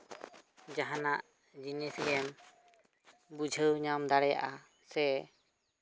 ᱡᱟᱦᱟᱱᱟᱜ ᱡᱤᱱᱤᱥ ᱜᱮᱢ ᱵᱩᱡᱷᱟᱹᱣ ᱧᱟᱢ ᱫᱟᱲᱮᱭᱟᱜᱼᱟ ᱥᱮ